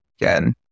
Again